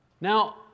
Now